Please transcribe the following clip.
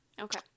Okay